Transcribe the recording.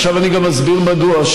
עכשיו אני גם אסביר מדוע.